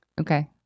Okay